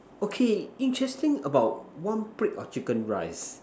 okay interesting about one plate of chicken rice